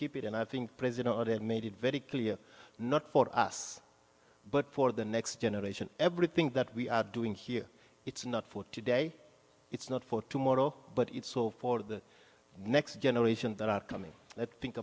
keep it and i think president made it very clear not for us but for the next generation everything that we are doing here it's not for today it's not for tomorrow but it's all for the next generation that are coming let's think